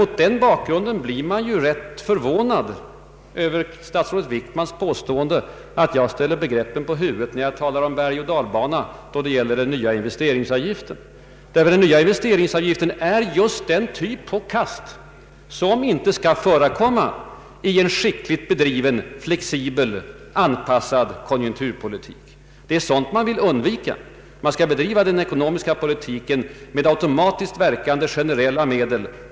Mot den bakgrunden blir jag rätt förvånad över statsrådet Wickmans påstående att jag skulle ställa begreppen på huvudet när jag talar om bergoch dalbana då det gäller den nya investeringsavgiften. Den avgiften är nämligen just den typ av kastningar som inte skall förekomma i en skickligt bedriven, flexibel, väl anpassad konjunkturpolitik. Det är sådana kast vi vill undvika. Vi anser att den ekonomiska politiken skall bedrivas med automatiskt verkande, generella medel.